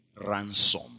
ransom